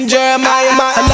Jeremiah